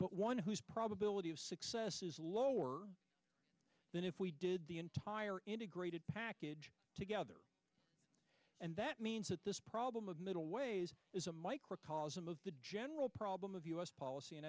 but one whose probability of success is lower than if we did the entire integrated package together and that means that this problem of middle ways is a microcosm of the general problem of u s policy in